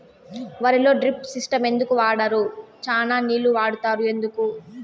వరిలో drip system ఎందుకు వాడరు? చానా నీళ్లు వాడుతారు ఎందుకు?